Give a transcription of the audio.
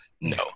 No